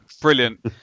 Brilliant